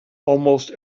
almost